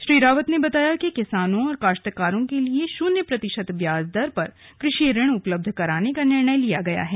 श्री रावत ने कहा कि किसानों और काश्तकारों के लिए शून्य प्रतिशत ब्याज दर पर कृषि ऋण उपलब्ध कराने का निर्णय लिया गया है